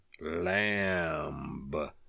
Lamb